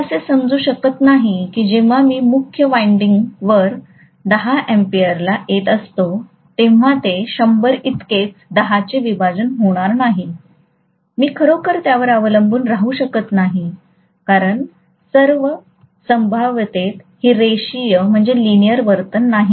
मी असे समजू शकत नाही की जेव्हा मी मुख्य वायंडिंगवर 10 अँपिअरला येत असतो तेव्हा ते 100 इतकेच 10 चे विभाजन होणार नाही मी खरोखर त्यावर अवलंबून राहू शकत नाही कारण सर्व संभाव्यतेत हे रेषीय वर्तन नाही